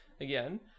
again